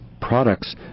products